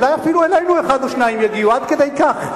אולי אפילו אלינו אחד או שניים יגיעו, עד כדי כך.